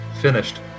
finished